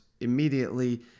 immediately